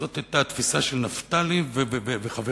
זו היתה התפיסה של נפתלי וחבריו,